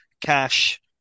Cash